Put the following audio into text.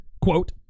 quote